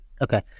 Okay